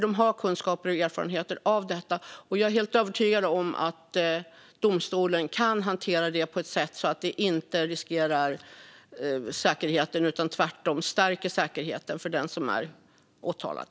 De har kunskaper om och erfarenheter av detta, och jag är helt övertygad om att domstolen kan hantera det på ett sådant sätt att det inte riskerar säkerheten utan tvärtom stärker säkerheten för den som är åtalad.